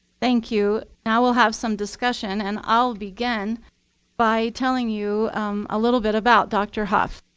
thank you. now we'll have some discussion. and i'll begin by telling you a little bit about dr. hough.